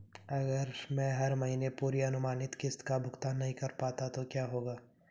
अगर मैं हर महीने पूरी अनुमानित किश्त का भुगतान नहीं कर पाता तो क्या होगा?